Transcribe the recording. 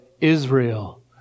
Israel